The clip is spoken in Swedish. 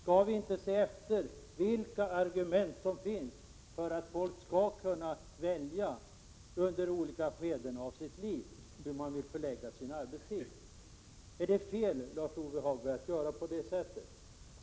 Kan vi inte se efter vilka argument som finns för att folk skall kunna välja under olika skeden av sitt liv hur de vill förlägga sin arbetstid? Är det fel, Lars-Ove Hagberg, att göra på det sättet?